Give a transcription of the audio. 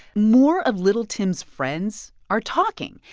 more of little tim's friends are talking,